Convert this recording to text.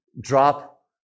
drop